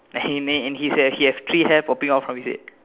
and he and he has three hair popping out from his head